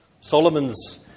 Solomon's